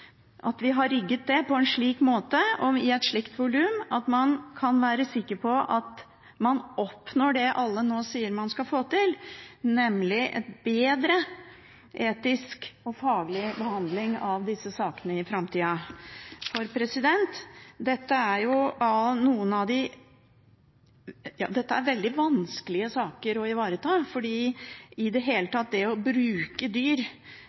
at vi skal ta på oss? Har man rigget det på en slik måte og i et slikt volum at man kan være sikker på at man oppnår det alle nå sier at man skal få til, nemlig en bedre etisk og faglig behandling av disse sakene i framtida? Dette er veldig vanskelige saker å ivareta, for det å bruke dyr